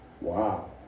Wow